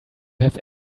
have